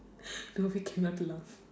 no we cannot laugh